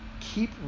Keep